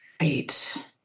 Right